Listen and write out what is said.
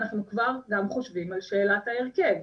אנחנו כבר גם חשובים על שאלת ההרכב.